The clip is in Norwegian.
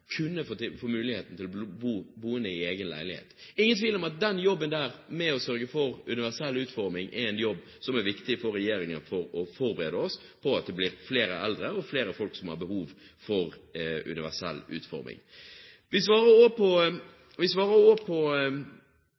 kunne få muligheten til å bli boende i egen leilighet. Det er ingen tvil om at jobben med å sørge for boliger med universell utforming er en viktig jobb for regjeringen, for å forberede oss på at det blir flere eldre og flere folk som har behov for boliger med universell utforming. Vi svarer også på